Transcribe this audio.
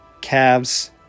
calves